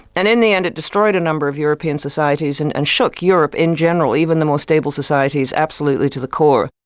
and in the end it destroyed a number of european societies and and shook europe in general, even the most stable societies, absolutely to the core.